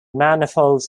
manifolds